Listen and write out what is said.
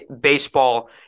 baseball